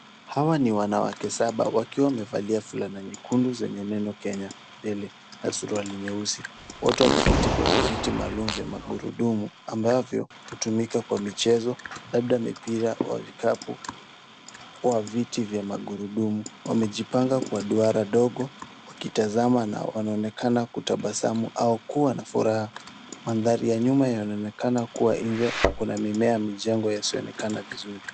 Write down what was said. Hawa ni wanawake saba wakiwa wamivelia fulana nyekundu lenye neno 'Kenya Pili' na suruali nyeusi .Wote wameketi kwenye viti maalumu vya magurudumu ambavyo hutumika kwa michezo labda mipira wa vikapu wa viti vya magurudumu .Wamejipanga kwa dwara dogo wakitazama na wanaonekana kutabasamu au kuwa na furaha ,mandhari ya nyuma yanaonekana kuwa nje na kuna maeneo yamejengwa yasiyoonekana vizuri.